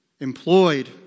Employed